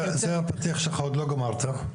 זה הפתיח שלך, עוד לא סיימת.